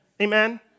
Amen